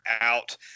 out